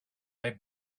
they